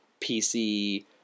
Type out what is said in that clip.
PC